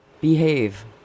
Behave